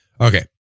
Okay